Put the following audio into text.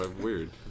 Weird